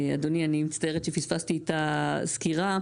אדוני, אני מצטערת שפספסתי את הסקירה.